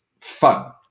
fun